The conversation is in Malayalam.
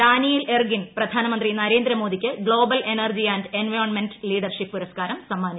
ഡാനിയേൽ എർഗിൻ പ്രധാനമന്ത്രി നരേന്ദ്രമോദിക്ക് global energy and environment leadership പുരസ്ക്കാരം സമ്മാനിച്ചു